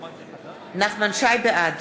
בעד